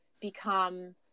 become